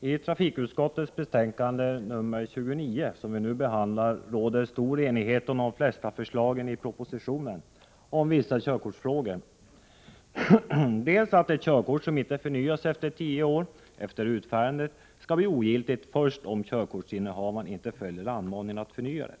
Herr talman! I trafikutskottets betänkande 29, som vi nu behandlar, råder stor enighet om de flesta förslagen i propositionen om vissa körkortsfrågor. Det gäller förslaget om att ett körkort som inte förnyas tio år efter utfärdandet skall bli ogiltigt först om körkortsinnehavaren inte följer anmaningen att förnya det.